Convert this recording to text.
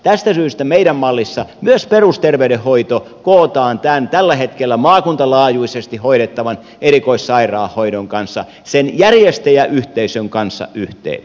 tästä syystä meidän mallissamme myös perusterveydenhoito kootaan tällä hetkellä maakunnan laajuisesti hoidettavan erikoissairaanhoidon kanssa sen järjestäjäyhteisön kanssa yhteen